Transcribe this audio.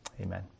Amen